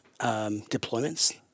deployments